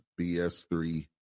BS3